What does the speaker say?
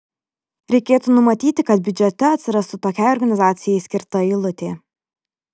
reikėtų numatyti kad biudžete atsirastų tokiai organizacijai skirta eilutė